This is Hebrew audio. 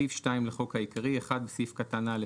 4. בסעיף 2 לחוק העיקרי בסעיף קטן (א),